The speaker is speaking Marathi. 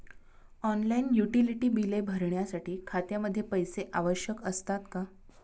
ऑनलाइन युटिलिटी बिले भरण्यासाठी खात्यामध्ये पैसे आवश्यक असतात का?